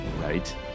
right